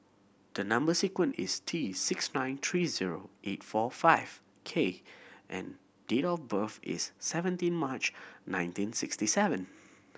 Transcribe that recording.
the number sequence is T six nine three zero eight four five K and date of birth is seventeen March nineteen sixty seven